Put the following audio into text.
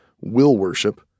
will-worship